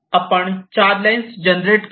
आपण 4 lines generate केल्या